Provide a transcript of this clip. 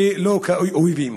ולא כאויבים.